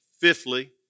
fifthly